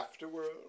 afterworld